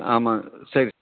ஆமாம் சரி